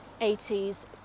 80s